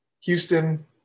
Houston